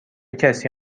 کسی